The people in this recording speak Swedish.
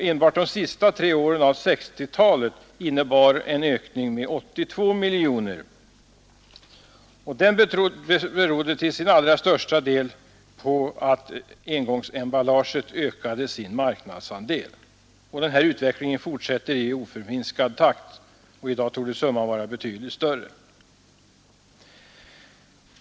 Enbart de sista tre åren av 1960-talet innebar en ökning med 82 miljoner kronor, och den berodde till sin allra största del på att engångsemballagen ökade sin marknadsdel. Denna utveckling fortsätter i oförminskad takt, och i dag torde summan vara betydligt större.